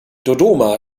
dodoma